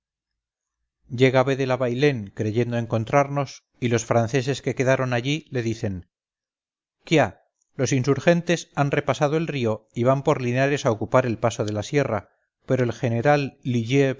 llega vedel a bailén creyendo encontrarnos y los franceses que quedaron allí le dicen quia los insurgentes han repasado el río y van por linares a ocupar el paso de la sierra pero el general